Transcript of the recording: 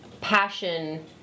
passion